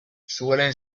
suelen